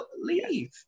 leave